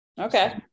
Okay